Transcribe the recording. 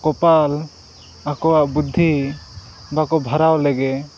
ᱠᱚᱯᱟᱞ ᱟᱠᱚᱣᱟᱜ ᱵᱩᱫᱽᱫᱷᱤ ᱵᱟᱠᱚ ᱵᱷᱟᱨᱟᱣ ᱞᱮᱜᱮ